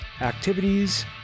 activities